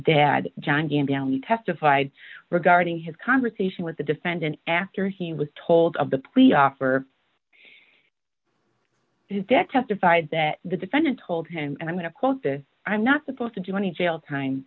dad john gandow he testified regarding his conversation with the defendant after he was told of the plea offer his death testified that the defendant told him and i'm going to close this i'm not supposed to do any jail time